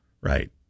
Right